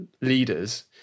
leaders